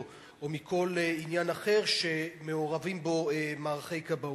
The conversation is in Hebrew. מכל עניין אחר שמעורבים בו מערכי כבאות.